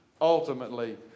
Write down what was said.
ultimately